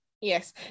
yes